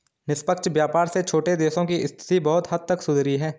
निष्पक्ष व्यापार से छोटे देशों की स्थिति बहुत हद तक सुधरी है